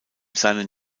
seinen